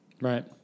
Right